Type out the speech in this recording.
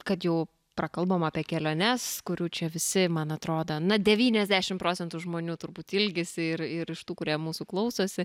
kad jau prakalbom apie keliones kurių čia visi man atrodo na devyniasdešim procentų žmonių turbūt ilgisi ir ir iš tų kurie mūsų klausosi